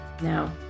Now